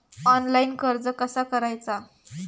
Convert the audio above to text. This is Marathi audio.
ऑनलाइन कर्ज कसा करायचा?